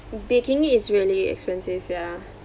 baking it is really expensive ya